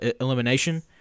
elimination